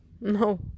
no